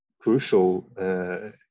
crucial